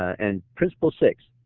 and principle six,